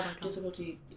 difficulty